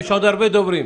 יש עוד הרבה דוברים.